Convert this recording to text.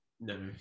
No